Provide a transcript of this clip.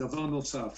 דבר נוסף,